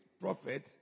prophet